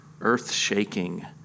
earth-shaking